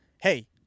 Hey